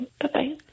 Bye-bye